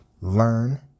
Learn